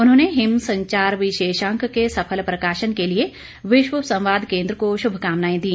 उन्होंने हिम संचार विशेषांक के सफल प्रकाशन के लिए विश्व संवाद केन्द्र को शुभकामनाएं दी